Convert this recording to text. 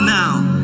now